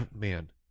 man